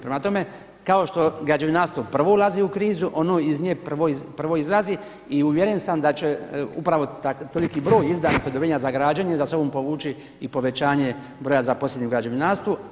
Prema tome, kao što građevinarstvo prvo ulazi u krizu ono iz nje prvo izlazi i uvjeren sam da će upravo toliki broj izdanih odobrenja za građenje za sobom povući i povećanje broja zaposlenih u građevinarstvu.